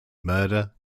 murder